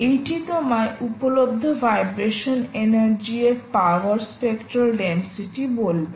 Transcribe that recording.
এইটি তোমায় উপলব্ধ vibration energy এর পাওয়ার স্পেক্ট্রাল ডেনসিটি বলবে